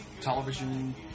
television